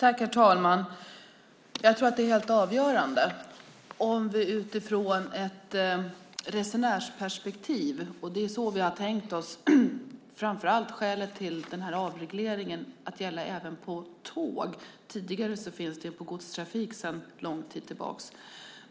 Herr talman! I ett resenärsperspektiv - det är så vi har tänkt oss framför allt skälet till den här avregleringen - tror jag att det är helt avgörande att avregleringen ska gälla för tågen. Sedan en lång tid tillbaka gäller den för godstrafiken.